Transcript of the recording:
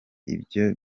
ibyo